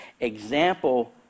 Example